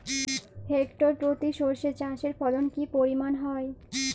Hectare প্রতি সর্ষে চাষের ফলন কি পরিমাণ হয়?